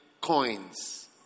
coins